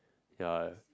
ya